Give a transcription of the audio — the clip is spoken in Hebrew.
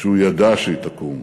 שהוא ידע שהיא תקום,